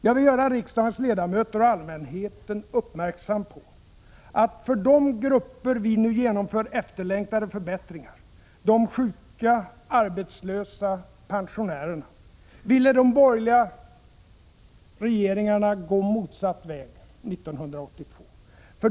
Jag vill göra riksdagens ledamöter, och allmänheten, uppmärksamma på att för de grupper som vi nu genomför efterlängtade förbättringar för — de sjuka, de arbetslösa, pensionärerna — ville de borgerliga regeringarna gå motsatt väg 1982.